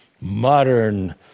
modern